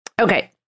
Okay